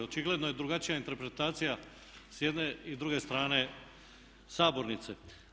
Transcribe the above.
Očigledno je drugačija interpretacija s jedne i druge strane sabornice.